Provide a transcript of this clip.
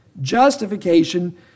Justification